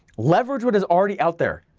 leverage what is already out there.